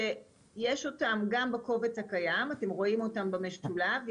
שיש אותם גם בקובץ הקיים, אתם רואים אותם במשולב.